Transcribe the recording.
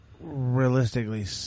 Realistically